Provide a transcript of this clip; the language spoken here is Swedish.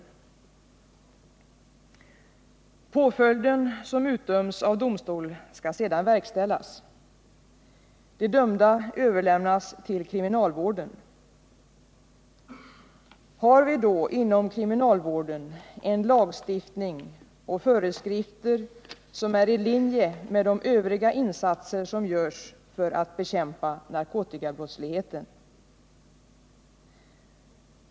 Den påföljd som utdöms av domstol skall sedan verkställas. De dömda överlämnas till kriminalvården. Har vi då inom kriminalvården en lagstiftning och föreskrifter som ligger i linje med de övriga insatser som görs för att bekämpa narkotikabrottsligheten?